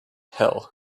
hill